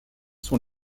sont